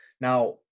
Now